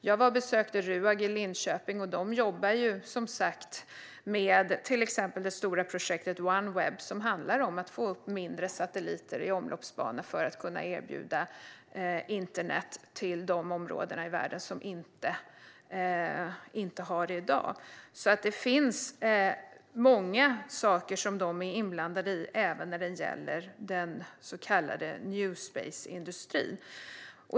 Jag var och besökte Ruag i Linköping, och de jobbar som sagt med till exempel det stora projektet Oneweb, som handlar om att få upp mindre satelliter i omloppsbana för att kunna erbjuda internet till de områden i världen som inte har det i dag. Det finns alltså många saker de är inblandade i även när det gäller den så kallade new space-industrin.